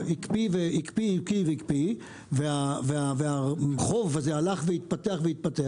הקפיא והקפיא והקפיא והחוב הזה הלך והתפתח והתפתח